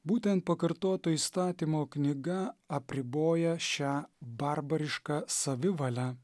būtent pakartoto įstatymo knyga apriboja šią barbarišką savivalę